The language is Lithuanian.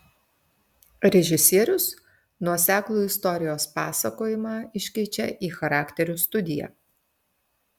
režisierius nuoseklų istorijos pasakojimą iškeičia į charakterių studiją